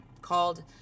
called